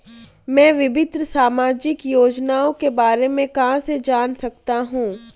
मैं विभिन्न सामाजिक योजनाओं के बारे में कहां से जान सकता हूं?